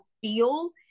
feel